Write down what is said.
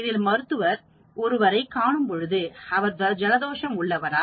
இதில் மருத்துவர் ஒருவரை காணும்பொழுது அவர் ஜலதோஷம் உள்ளவரா